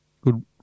good